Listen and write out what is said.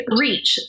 reach